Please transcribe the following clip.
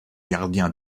gardiens